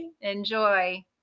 Enjoy